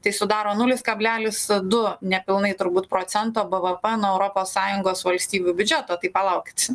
tai sudaro nulis kablelis du nepilnai turbūt procento bvp nuo europos sąjungos valstybių biudžeto tai palaukit